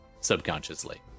subconsciously